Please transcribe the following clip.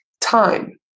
time